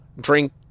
drink